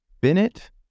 Bennett